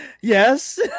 yes